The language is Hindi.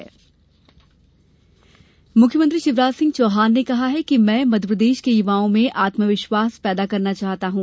स्टार्ट अप कॉन्क्लेव मुख्यमंत्री शिवराज सिंह चौहान ने कहा है कि मैं मध्यप्रदेश के युवाओं में आत्मविश्वास पैदा करना चाहता हूँ